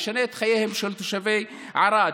ישנה את חייהם של תושבי ערד,